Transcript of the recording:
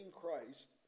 Christ